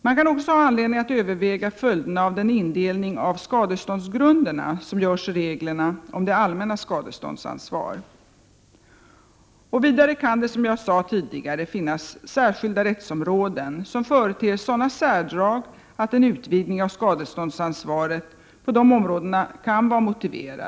Man kan också ha anledning att överväga följderna av den indelning av skadeståndsgrunderna som görs i reglerna om det allmännas skadeståndsansvar. Vidare kan det, som jag sade tidigare, finnas särskilda rättsområden som företer sådana särdrag att en utvidgning av skadeståndsansvaret på de områdena kan vara motiverad.